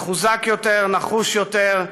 מחוזק יותר, נחוש יותר.